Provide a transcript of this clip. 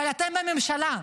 אבל אתם בממשלה.